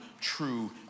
true